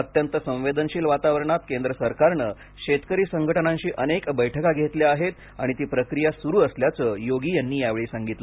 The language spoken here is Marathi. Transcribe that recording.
अत्यंत संवेदनशील वातावरणात केंद्र सरकारने शेतकरी संघटनांशी अनेक बैठका घेतल्या आहेत आणि ती प्रक्रिया सुरू असल्याचं योगी यांनी यावेळी सांगितलं